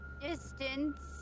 distance